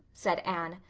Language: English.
said anne.